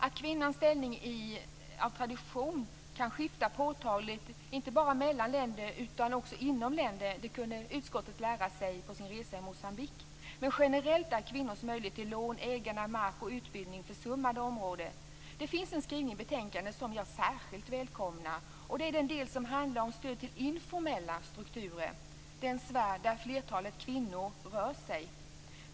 Att kvinnans ställning av tradition kan skifta påtagligt inte bara mellan utan också inom länder kunde utskottet lära sig under sin resa i Moçambique. Men generellt är kvinnors möjlighet till lån, ägande av mark och utbildning försummade områden. Det finns en skrivning i betänkandet som jag särskilt välkomnar. Det är den del som handlar om stöd till informella strukturer, den sfär där flertalet kvinnor rör sig.